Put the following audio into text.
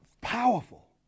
Powerful